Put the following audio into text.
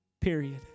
period